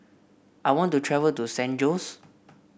I want to travel to San Jose